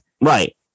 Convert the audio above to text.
Right